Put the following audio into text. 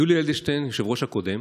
ויולי אדלשטיין, היושב-ראש הקודם,